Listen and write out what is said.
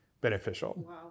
beneficial